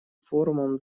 форумом